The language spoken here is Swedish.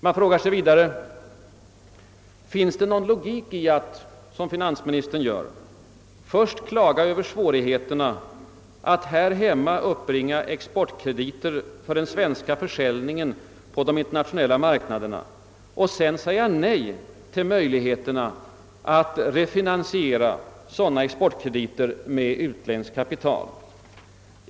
Man frågar sig vidare, om det finns någon logik i att, som finansministern gör, först klaga över svårigheterna att här hemma uppbringa exportkrediter för den svenska försäljningen på de internationella marknaderna och sedan säga nej till möjligheterna att refinansiera sådana exportkrediter med utländskt kapital.